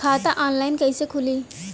खाता ऑनलाइन कइसे खुली?